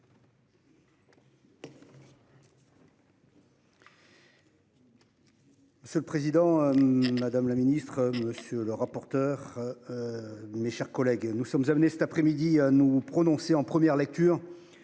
Monsieur le président, madame la ministre, mes chers collègues, nous sommes amenés, cet après-midi, à nous prononcer en première lecture